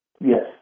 Yes